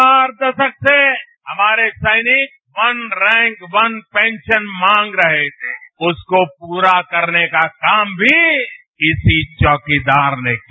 चार दशक से हमारे सैनिक वन रैंक वन पेंशन मांग रहे थे उसको पूरा करने का काम भी इसी चौकीदार ने किया